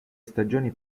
stagioni